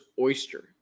oyster